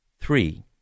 three